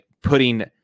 putting